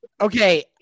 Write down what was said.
Okay